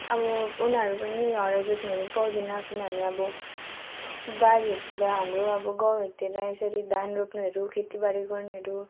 अब उनीहरू पनि हलो जोत्नेहरू पाउँदैन किनभने अब बारीहरूतिर हाम्रो अब गाउँहरूतिर यसरी धान रोप्नुहरू खेतीबारी गर्नेहरू